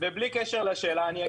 ובלי קשר לשאלה אני אגיד.